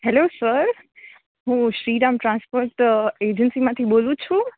hello sir હું Shriram transport એજન્સીમાંથી બોલું છું